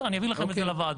אני אביא לכם את זה לוועדה.